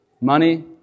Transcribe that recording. Money